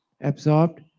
absorbed